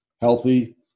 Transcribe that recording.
healthy